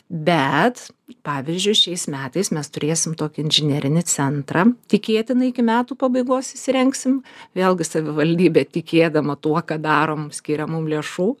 bet pavyzdžiui šiais metais mes turėsim tokį inžinerinį centrą tikėtina iki metų pabaigos įsirengsim vėlgi savivaldybė tikėdama tuo ką darom skiria mum lėšų